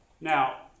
Now